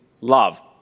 love